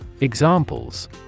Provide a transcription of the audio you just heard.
Examples